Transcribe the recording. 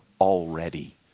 already